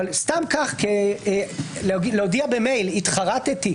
סתם כך להודיע במייל: התחרטתי,